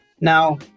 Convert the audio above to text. Now